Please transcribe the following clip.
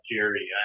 Jerry